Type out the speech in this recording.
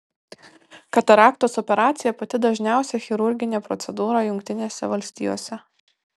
kataraktos operacija pati dažniausia chirurginė procedūra jungtinėse valstijose